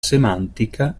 semantica